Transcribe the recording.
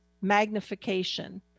magnification